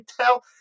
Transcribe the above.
tell